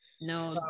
no